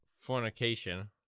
fornication